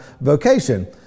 vocation